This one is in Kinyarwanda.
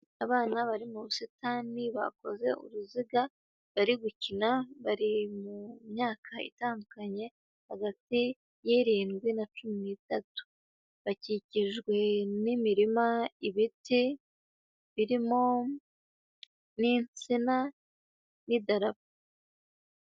Abana bari mu busitani, bakoze uruziga bari gukina, bari mu myaka itandukanye hagati y'irindwi na cumi n'itatu, bakikijwe n'imirima, ibiti birimo n'insina, n'idarapo.